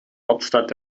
hauptstadt